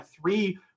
three